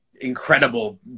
incredible